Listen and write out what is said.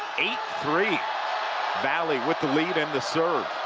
eight three valley with the lead and the serve.